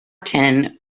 tin